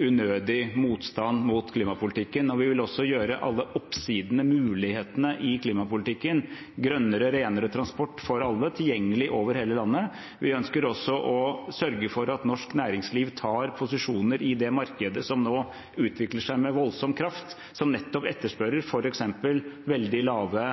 unødig motstand mot klimapolitikken. Vi vil også gjøre alle oppsidene og mulighetene i klimapolitikken, som grønnere og renere transport for alle, tilgjengelige over hele landet. Vi ønsker også å sørge for at norsk næringsliv tar posisjoner i det markedet som nå utvikler seg med voldsom kraft, som nettopp etterspør f.eks. veldig lave